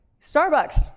Starbucks